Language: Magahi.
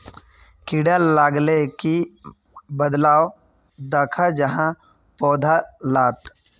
कीड़ा लगाले की बदलाव दखा जहा पौधा लात?